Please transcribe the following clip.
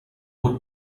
would